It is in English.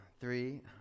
three